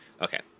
Okay